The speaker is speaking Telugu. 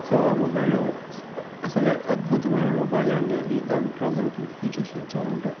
సో ఆ మొబైలు అస్సలు అద్భుతమైన మొబైల్ అండీ అది దాంట్లో మనకి ఫీచర్స్ వచ్చామంటే